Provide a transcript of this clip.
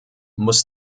muss